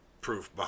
proof